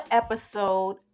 episode